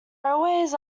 railways